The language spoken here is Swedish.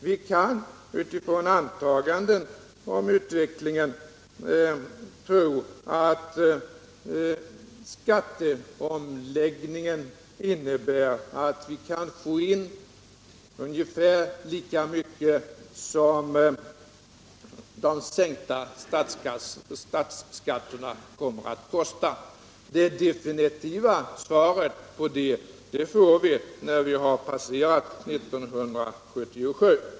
Vi kan med utgångspunkt i olika antaganden om utvecklingen tro att skatteomläggningen innebär att vi kan få in ungefär lika mycket som sänkningen av statsskatterna kommer att kosta. Det definitiva svaret på det får vi när vi har passerat 1977.